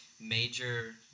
major